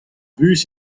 bus